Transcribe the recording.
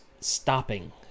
stopping